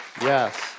Yes